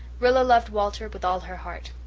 rilla loved walter with all her heart.